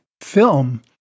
film